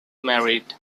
married